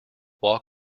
walk